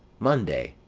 monday!